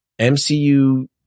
MCU